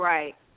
Right